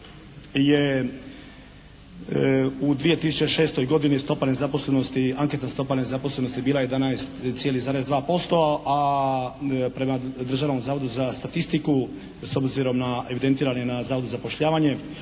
nezaposlenosti, anketna stopa nezaposlenosti bila 11,2% a prema Državnom zavodu za statistiku s obzirom na evidentirani na Zavod za zapošljavanje